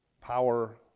power